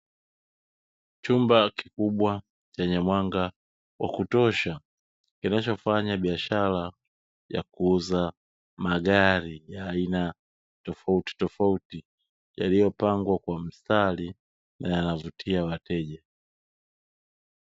Chumba kikubwa chenye mwanga wa kutosha kinachofanya, biashara ya kuuza magari ya aina tofauti tofauti yaliyopangwa kwa mstari na yanavutia wateja.